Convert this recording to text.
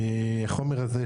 החומר הזה,